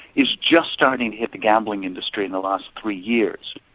is just starting to hit the gambling industry in the last three years.